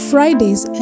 Fridays